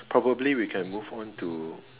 probably we can move on to